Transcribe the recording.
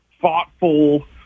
thoughtful